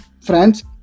Friends